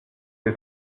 des